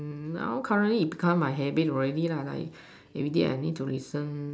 mm now currently it become my habit already lah like everyday I need to listen